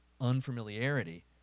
unfamiliarity